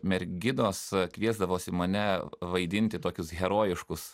merginos kviesdavosi mane vaidinti tokius herojiškus